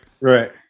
right